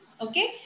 Okay